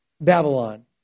Babylon